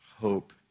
hope